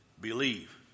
believe